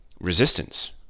resistance